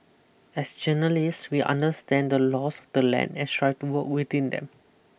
as journalists we understand the laws of the land and strive to work within them